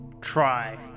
try